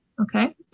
okay